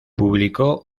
publicó